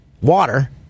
water